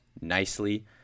nicely